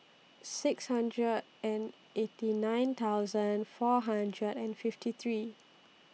six hundred and eighty nine thousand four hundred and fifty three